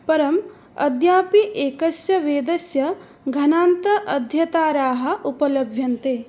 परम् अद्यापि एकस्य वेदस्य घनान्त अध्येतारः उपलभ्यन्ते